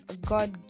God